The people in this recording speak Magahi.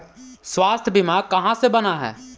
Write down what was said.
स्वास्थ्य बीमा कहा से बना है?